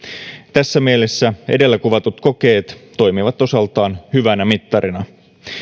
tässä mielessä edellä kuvatut kokeet toimivat osaltaan hyvänä mittarina